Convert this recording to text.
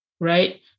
right